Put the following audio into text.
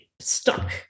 stuck